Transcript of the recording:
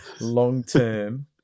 long-term